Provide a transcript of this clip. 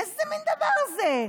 איזה מין דבר זה?